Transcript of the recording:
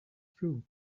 through